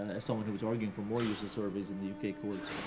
as someone who was arguing for more use of surveys in the u k. courts,